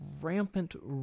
rampant